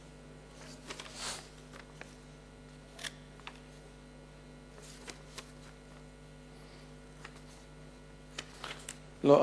לא.